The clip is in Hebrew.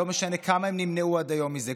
לא משנה כמה הם נמנעו עד היום מזה,